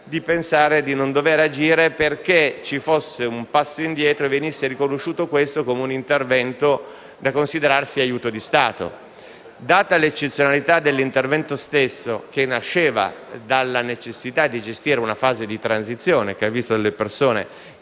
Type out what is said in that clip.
di pensare di non dovere agire per il timore che ci fosse un passo indietro e che questo venisse riconosciuto come intervento da considerarsi aiuto di Stato. Data l'eccezionalità dell'intervento, che nasceva dalla necessità di gestire una fase di transizione che ha visto delle persone